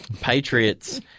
Patriots